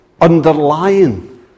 underlying